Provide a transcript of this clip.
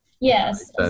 Yes